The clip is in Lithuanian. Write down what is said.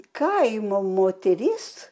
kaimo moteris